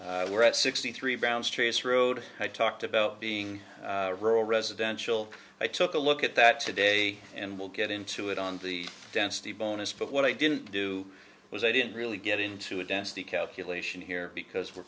that we're at sixty three bounce traceroute i talked about being rural residential i took a look at that today and we'll get into it on the density bonus but what i didn't do was i didn't really get into a density calculation here because we're